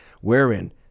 wherein